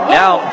now